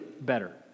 better